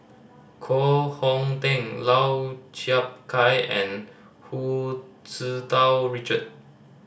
Koh Hong Teng Lau Chiap Khai and Hu Tsu Tau Richard